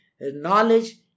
knowledge